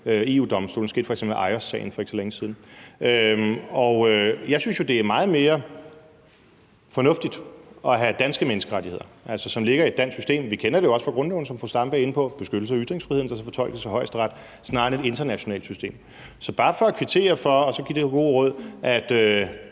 EU-Domstolen. Det skete f.eks. i Ajossagen for ikke så længe siden. Jeg synes jo, det er meget mere fornuftigt at have danske menneskerettigheder, altså som ligger i et dansk system. Vi kender det jo også fra grundloven, som fru Zenia Stampe er inde på, med beskyttelse af ytringsfriheden, der skal fortolkes af Højesteret snarere end af et internationalt system. Så det vil jeg bare kvittere for, og så vil jeg give det gode råd, at